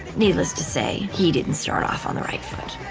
needless to say, he didn't start off on the right foot.